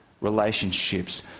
relationships